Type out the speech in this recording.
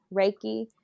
reiki